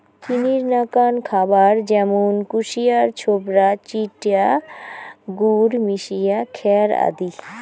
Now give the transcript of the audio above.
চিনির নাকান খাবার য্যামুন কুশিয়ার ছোবড়া, চিটা গুড় মিশিয়া খ্যার আদি